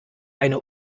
eine